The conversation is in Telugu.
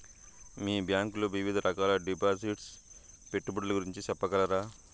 మీ బ్యాంకు లో వివిధ రకాల డిపాసిట్స్, పెట్టుబడుల గురించి సెప్పగలరా?